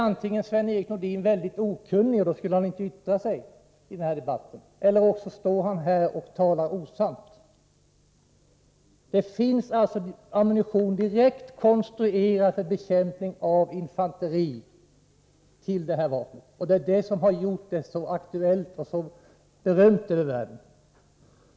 Sven-Erik Nordin är antingen okunnig — och då skulle han inte yttra sig i den här debatten — eller också står han här och talar osant. Till det här vapnet finns det alltså ammunition som är direkt konstruerad för bekämpning av infanteri. Det är detta som gjort vapnet så aktuellt och berömt över världen.